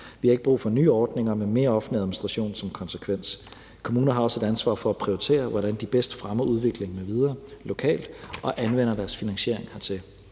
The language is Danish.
Vi har ikke brug for nye ordninger med mere offentlig administration som konsekvens. Kommunerne har også et ansvar for at prioritere, hvordan de bedst fremmer udvikling m.v. lokalt og anvender deres finansiering hertil.